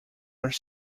are